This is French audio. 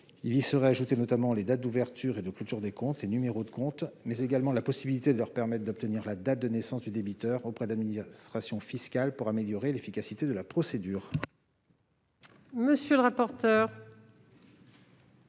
en y ajoutant notamment les dates d'ouverture et de clôture des comptes, ainsi que les numéros des comptes, mais également à leur permettre d'obtenir la date de naissance du débiteur auprès de l'administration fiscale, afin d'améliorer l'efficacité de la procédure.